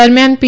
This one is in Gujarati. દરમિયાન પી